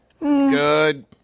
Good